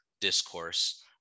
discourse